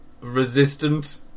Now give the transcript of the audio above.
resistant